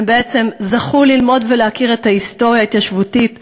הם בעצם זכו ללמוד ולהכיר את ההיסטוריה ההתיישבותית ברגליים,